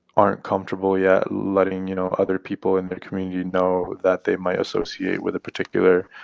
aren't comfortable yet letting, you know, other people in the community know that they might associate with a particular,